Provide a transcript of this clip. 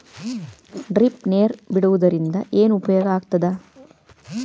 Drip ನೇರ್ ಬಿಡುವುದರಿಂದ ಏನು ಉಪಯೋಗ ಆಗ್ತದ?